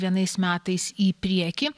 vienais metais į priekį